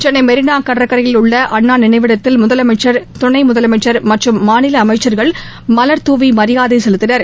சென்னை மெரினா கடற்கரையில் உள்ள அண்ணா நினைவிடத்தில் முதலமைச்சர் துணை முதலமைச்சர் மற்றும் மாநில அமைச்சர்கள் மலர் தூவி மரியாதை செலுத்தினர்